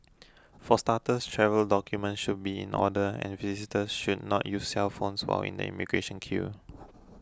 for starters travel documents should be in order and visitors should not use cellphones while in the immigration queue